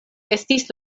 estis